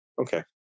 okay